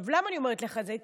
למה אני אומרת לך את זה?